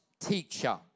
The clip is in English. teacher